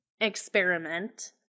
experiment